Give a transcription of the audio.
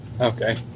Okay